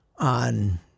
On